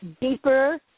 deeper